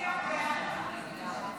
ההצעה של סיעת יש עתיד להביע אי-אמון בממשלה לא